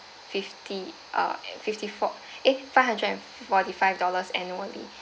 fifty uh fifty four eh five hundred and forty five dollars annually